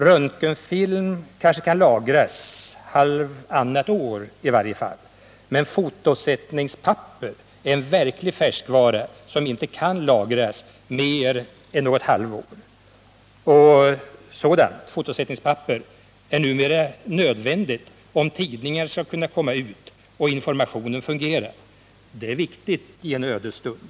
Röntgenfilm kan lagras i varje fall halvtannat år, men fotosättningspapper är en verklig färskvara som inte kan lagras mer än något halvår. Sådant papper är numera nödvändigt om tidningarna skall kunna komma ut och informationen fungera. Och det är viktigt i en ödesstund.